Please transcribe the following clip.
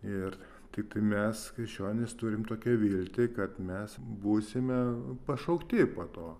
ir tik mes krikščionys turim tokią viltį kad mes būsime pašaukti po to